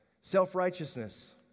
self-righteousness